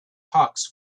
hawks